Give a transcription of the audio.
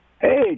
Hey